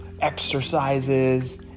exercises